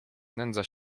nędzą